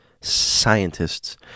scientists